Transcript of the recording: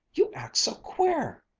you act so queer!